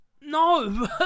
no